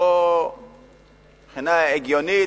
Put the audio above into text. מבחינה הגיונית,